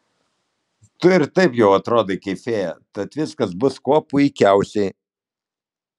tu ir taip jau atrodai kaip fėja tad viskas bus kuo puikiausiai